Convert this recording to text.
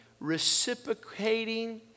reciprocating